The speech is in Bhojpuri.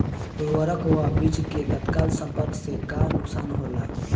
उर्वरक व बीज के तत्काल संपर्क से का नुकसान होला?